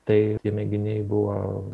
tai tie mėginiai buvo